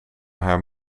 haar